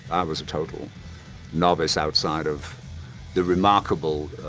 was a total novice outside of the remarkable